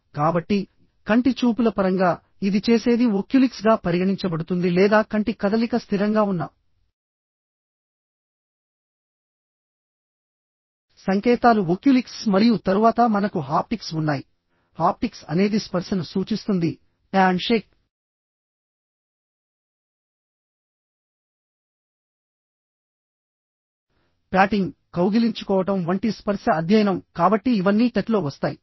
కాబట్టికంటి చూపుల పరంగాఇది చేసేది ఓక్యులిక్స్గా పరిగణించబడుతుంది లేదా కంటి కదలిక స్థిరంగా ఉన్న సంకేతాలు ఓక్యులిక్స్ మరియు తరువాత మనకు హాప్టిక్స్ ఉన్నాయిహాప్టిక్స్ అనేది స్పర్శను సూచిస్తుంది హ్యాండ్షేక్ ప్యాటింగ్ కౌగిలించుకోవడం వంటి స్పర్శ అధ్యయనం కాబట్టి ఇవన్నీ టచ్లో వస్తాయి